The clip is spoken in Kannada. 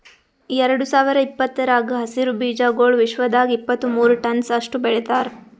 ಎರಡು ಸಾವಿರ ಇಪ್ಪತ್ತರಾಗ ಹಸಿರು ಬೀಜಾಗೋಳ್ ವಿಶ್ವದಾಗ್ ಇಪ್ಪತ್ತು ಮೂರ ಟನ್ಸ್ ಅಷ್ಟು ಬೆಳಿತಾರ್